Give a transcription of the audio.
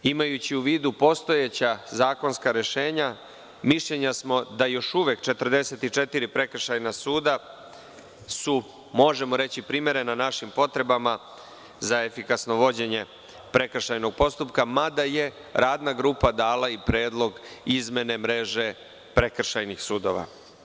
Imajući u vidu postojeća zakonska rešenja, mišljenja smo da su još uvek 44 prekršajna suda primerena našim potrebama za efikasno vođenje prekršajnog postupka, mada je radna grupa dala i predlog izmene mreže prekršajnih sudova.